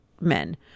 men